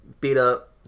beat-up